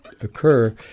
occur